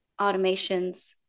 automations